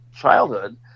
childhood